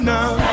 now